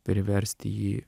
priversti jį